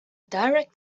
direct